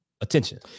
attention